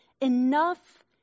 enough